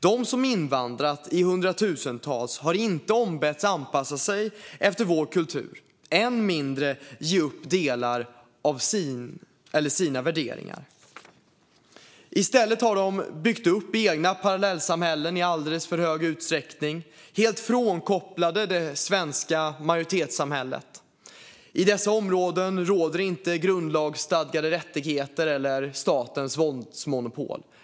De som invandrat i hundratusentals har inte ombetts att anpassa sig efter vår kultur, än mindre ge upp sina värderingar. I stället har de i alldeles för stor utsträckning byggt upp egna parallellsamhällen som är helt frånkopplade det svenska majoritetssamhället. I dessa områden råder inte grundlagsstadgade rättigheter eller statens våldsmonopol.